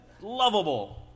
lovable